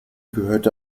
gehörte